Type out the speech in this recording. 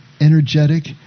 energetic